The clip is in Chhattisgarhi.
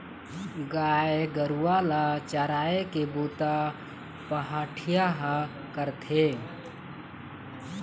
गाय गरूवा ल चराए के बूता पहाटिया ह करथे